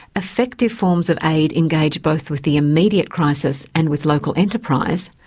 effective forms of aid engage both with the immediate crisis and with local enterprise,